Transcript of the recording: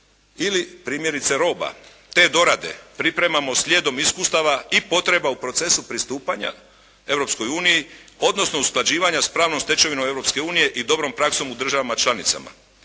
ili primjerice roba. Te dorade pripremamo slijedom iskustava i potreba u procesu pristupanja Europskoj uniji odnosno usklađivanja s pravnom stečevinom Europske unije i dobrom praksom u državama članicama.